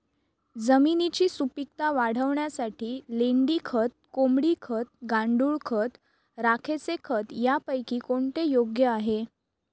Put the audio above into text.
जमिनीची सुपिकता वाढवण्यासाठी लेंडी खत, कोंबडी खत, गांडूळ खत, राखेचे खत यापैकी कोणते योग्य आहे?